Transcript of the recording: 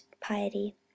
piety